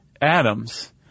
atoms